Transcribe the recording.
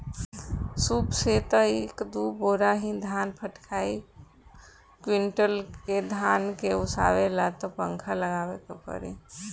सूप से त एक दू बोरा ही धान फटकाइ कुंयुटल के धान के ओसावे ला त पंखा लगावे के पड़ी